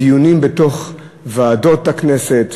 בדיונים בוועדות הכנסת,